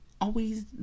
always-